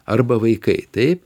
arba vaikai taip